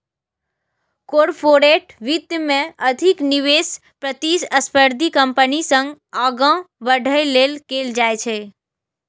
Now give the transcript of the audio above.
corporate वित्त मे अधिक निवेश प्रतिस्पर्धी कंपनी सं आगां बढ़ै लेल कैल जाइ छै